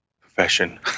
profession